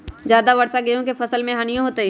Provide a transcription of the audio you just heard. ज्यादा वर्षा गेंहू के फसल मे हानियों होतेई?